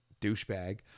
douchebag